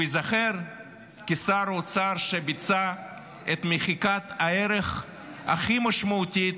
והוא ייזכר כשר האוצר שביצע את מחיקת הערך הכי משמעותית